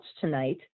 tonight